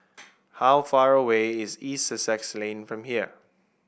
how far away is East Sussex Lane from here